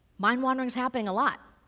mind wandering's happening a lot.